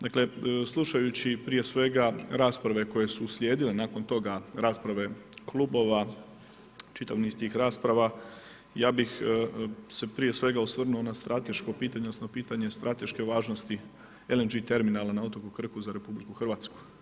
Dakle, slušajući proje svega rasprave koje su uslijedile, nakon toga rasprave klubova, čitav niz tih rasprava, ja bih se prije svega osvrnuo na strateško pitanje, odnosno pitanje strateške važnosti LNG terminala na otoku Krku za Hrvatsku.